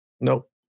Nope